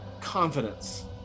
confidence